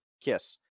KISS